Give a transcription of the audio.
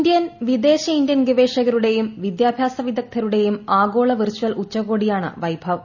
Indian വിദേശ Indian ഗവേഷകരുടേയും വിദ്യാഭ്യാസ വിദഗ്ധരുടേയും ആഗോള വെർചൽ ഉച്ചകോടിയാണ് വൈഭവ്